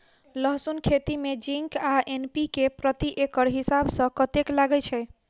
लहसून खेती मे जिंक आ एन.पी.के प्रति एकड़ हिसाब सँ कतेक लागै छै?